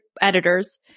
editors